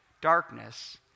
darkness